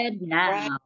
now